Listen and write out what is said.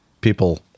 people